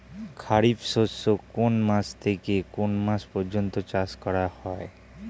খারিফ শস্য কোন মাস থেকে কোন মাস পর্যন্ত চাষ করা হয়?